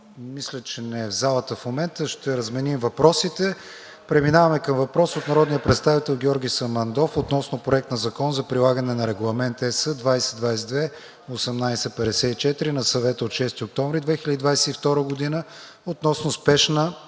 мисля, че не е в залата в момента. Ще разменим въпросите. Преминаваме към въпрос от народния представител Георги Самандов относно проект на закон за прилагане на Регламент (ЕС) 2022/1854 на Съвета от 6 октомври 2022 г. относно спешна